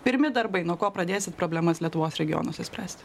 pirmi darbai nuo ko pradėsit problemas lietuvos regionuose spręsti